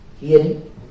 hearing